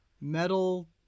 metal